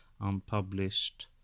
unpublished